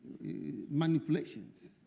Manipulations